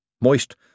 Moist